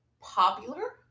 popular